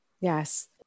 Yes